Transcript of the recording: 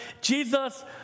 Jesus